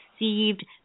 received